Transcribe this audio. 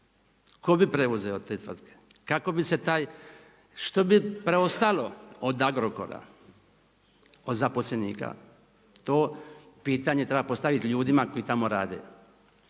kako bi se taj, što bi preostalo od Agrokora, od zaposlenika, to pitanje treba postaviti ljudima koji tamo rade.